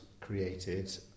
created